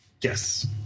Yes